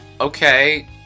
okay